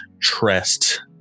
trust